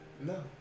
no